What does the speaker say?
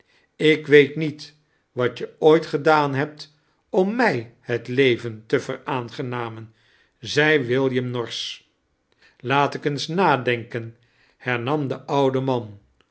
ik weet niet wat je ooit gedaan hebt om m ij het leven te veraangenamen zei william norsch laat ik eens nadenkeii hernam de oude man